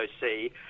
see